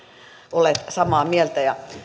olleet samaa mieltä